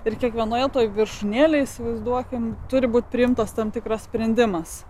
ir kiekvienoje toje viršūnėlėje įsivaizduokime turi būti priimtas tam tikras sprendimas